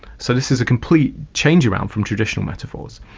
so this is a complete change-around from traditional metaphors.